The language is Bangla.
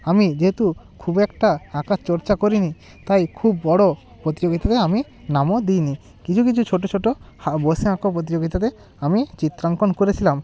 আমি যেহেতু খুব একটা আঁকা চর্চা করি নি তাই খুব বড়ো প্রতিযোগীতাতে আমি নামও দিই নি কিছু কিছু ছোটো ছোটো হা বসে আঁকো পোতিযোগিতাতে আমি চিত্রাঙ্কন করেছিলাম